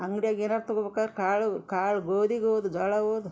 ಅಂಗ್ಡ್ಯಾಗ ಏನಾರು ತಗೊಬೇಕಾರೆ ಕಾಳು ಕಾಳು ಗೋದಿ ಓದು ಜ್ವಾಳ ಓದ್